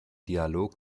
dialog